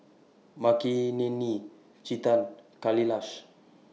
Makineni Chetan Kailash